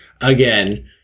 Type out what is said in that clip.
again